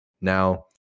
Now